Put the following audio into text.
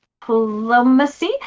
diplomacy